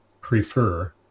prefer